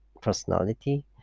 personality